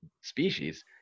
species